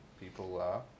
people